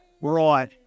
Right